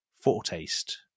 foretaste